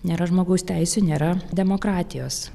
nėra žmogaus teisių nėra demokratijos